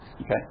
Okay